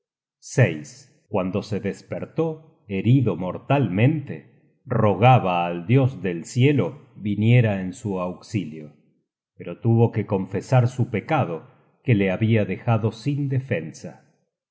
at cuando se despertó herido mortalmente rogaba al dios del cielo viniera en su auxilio pero tuvo que confesar su pecado que le habia dejado sin defensa